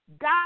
God